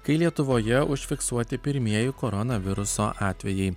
kai lietuvoje užfiksuoti pirmieji koronaviruso atvejai